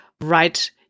right